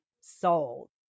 sold